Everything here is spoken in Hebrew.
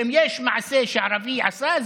ואם יש מעשה שערבי עשה,